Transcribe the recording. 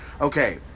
okay